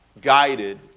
guided